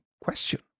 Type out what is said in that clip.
question